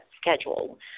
schedule